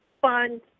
fund